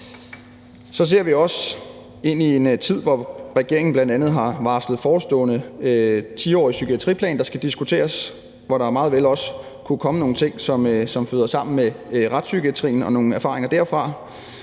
Så ser vi også ind i en tid, hvor regeringen bl.a. har varslet en forestående 10-årig psykiatriplan, der skal diskuteres, og hvor der meget vel også kunne komme nogle ting, som flyder sammen med retspsykiatrien og nogle erfaringer derfra.